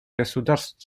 государств